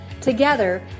Together